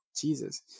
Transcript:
Jesus